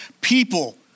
people